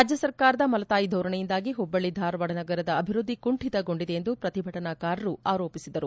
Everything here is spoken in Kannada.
ರಾಜ್ಯಸರ್ಕಾರದ ಮಲತಾಯಿ ಧೋರಣೆಯಿಂದಾಗಿ ಹುಬ್ಬಳ್ಳಿ ಧಾರವಾದ ನಗರದ ಅಭಿವೃಧ್ದಿ ಕುಂಠಿತಗೊಂಡಿದೆ ಎಂದು ಪ್ರತಿಭಟನಾಕಾರರ ಆರೋಪಿಸಿದರು